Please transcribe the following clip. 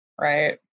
right